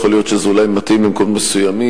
יכול להיות שזה אולי מתאים למקומות מסוימים,